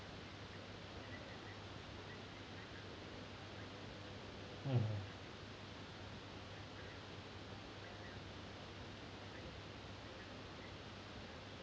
mmhmm